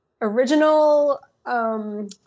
original